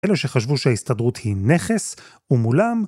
אלו שחשבו שההסתדרות היא נכס ומולם,